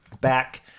back